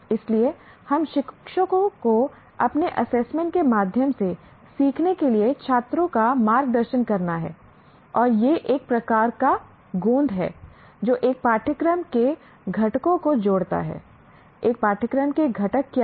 इसलिए हम शिक्षकों को अपने असेसमेंट के माध्यम से सीखने के लिए छात्रों का मार्गदर्शन करना हैं और यह एक प्रकार का गोंद है जो एक पाठ्यक्रम के घटकों को जोड़ता है एक पाठ्यक्रम के घटक क्या हैं